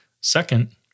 Second